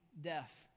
death